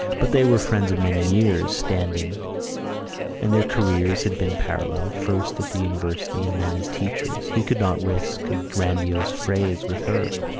but they were friends of many years' standing and their careers had been parallel, first at the university and then as teachers he could not risk a grandiose phrase with her.